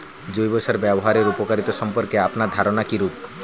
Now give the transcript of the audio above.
জৈব সার ব্যাবহারের উপকারিতা সম্পর্কে আপনার ধারনা কীরূপ?